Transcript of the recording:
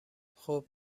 خوب